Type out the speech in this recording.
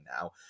now